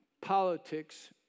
politics